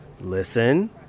Listen